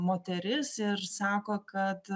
moteris ir sako kad